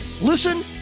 Listen